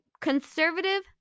conservative